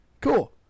Cool